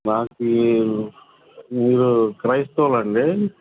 నాకు మీరు క్రైస్తవులా అండి